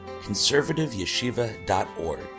conservativeyeshiva.org